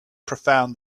profound